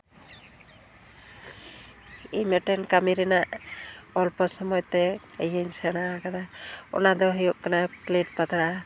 ᱤᱧ ᱢᱮᱫᱴᱮᱱ ᱠᱟᱹᱢᱤ ᱨᱮᱱᱟᱜ ᱚᱞᱯᱚ ᱥᱚᱢᱚᱭ ᱛᱮ ᱤᱭᱟᱹᱧ ᱥᱮᱬᱟ ᱟᱠᱟᱫᱟ ᱚᱱᱟᱫᱚ ᱦᱩᱭᱩᱜ ᱠᱟᱱᱟ ᱯᱞᱮᱴ ᱯᱟᱛᱲᱟ